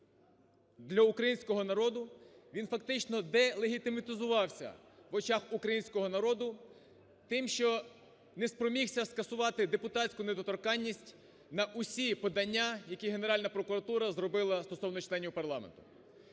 для українського народу, він фактично делегітимізувався в очах українського народу тим, що не спромігся скасувати депутатську недоторканність на усі подання, які Генеральна прокуратура зробила стосовно членів парламенту.